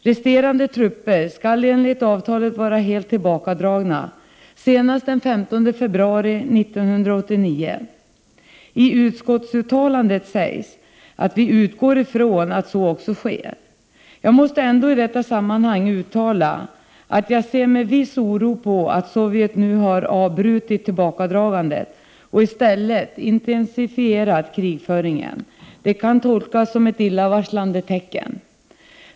Resterande trupper skall enligt avtalet vara helt tillbakadragna senast den 15 februari 1989. I utskottsuttalandet sägs att vi utgår från att så också sker. Jag måste ändå i detta sammanhang uttala att jag ser med viss oro på att Sovjet nu har avbrutit tillbakadragandet och i stället intensifierat krigföringen. Det kan tolkas som ett illavarslande tecken.